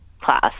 class